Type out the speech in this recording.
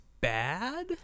bad